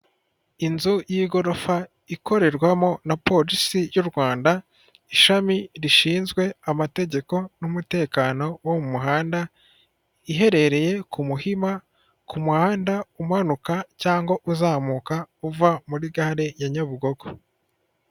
Inzu y'igorofa ikorerwamo na polisi y'u Rwanda ishami rishinzwe amategeko n'umutekano wo mu muhanda iherereye ku muhima ku muhanda umanuka cyangwa uzamuka uva muri gare ya Nyabugogo.